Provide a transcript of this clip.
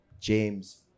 James